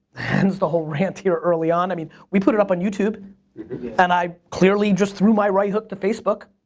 hence the whole rant here early on. i mean we put it up on youtube and i clearly just threw my right hook to facebook.